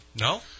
No